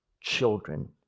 children